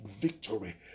victory